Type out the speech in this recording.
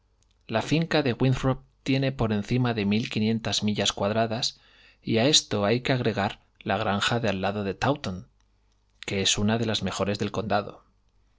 la finca de winthrop tiene por encima de mil quinientas millas cuadradas y a esto hay que agregar la granja de al lado de taunton que es una de las mejores del condado